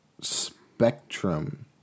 spectrum